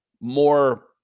more